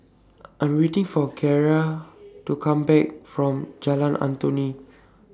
I'm waiting For Kiera to Come Back from Jalan Antoi